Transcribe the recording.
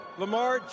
Lamar